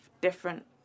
different